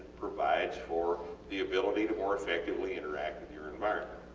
provides for the ability to more effectively interact with your environment.